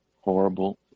horrible